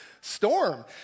storm